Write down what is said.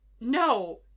no